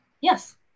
Yes